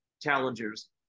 challengers